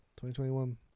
2021